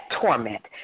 torment